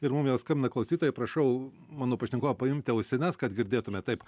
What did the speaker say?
ir mum jau skambina klausytojai prašau mano pašnekovo paimti ausines kad girdėtumėt taip